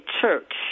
church